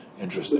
interesting